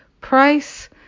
price